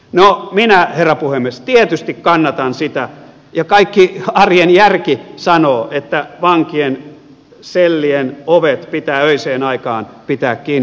no minä herra puhemies tietysti kannatan sitä ja kaikki arjen järki sanoo että vankien sellien ovet pitää öiseen aikaan pitää kiinni